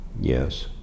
Yes